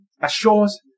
assures